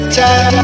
time